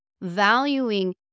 valuing